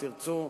תרצו,